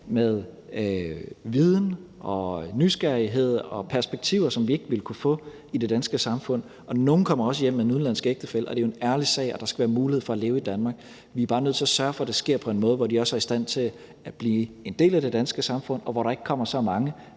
med viden, nysgerrighed og perspektiver, som vi ikke ville kunne få i det danske samfund. Og nogle kommer også hjem med en udenlandsk ægtefælle, og det er jo en ærlig sag, og der skal være mulighed for at leve i Danmark. Vi er bare nødt til at sørge for, at det sker på en måde, hvor de også er i stand til at blive en del af det danske samfund, og hvor der ikke kommer så mange,